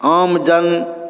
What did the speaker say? आमजन